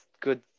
good